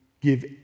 give